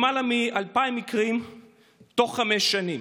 למעלה מ-2,000 מקרים תוך חמש שנים,